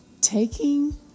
taking